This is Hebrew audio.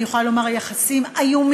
אני יכולה לומר יחסים איומים,